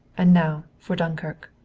and now for dunkirk.